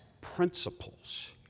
principles